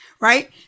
right